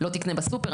לא תקנה בסופר?